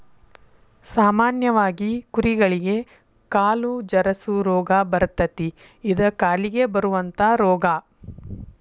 ಸಾಮಾನ್ಯವಾಗಿ ಕುರಿಗಳಿಗೆ ಕಾಲು ಜರಸು ರೋಗಾ ಬರತತಿ ಇದ ಕಾಲಿಗೆ ಬರುವಂತಾ ರೋಗಾ